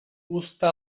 uzta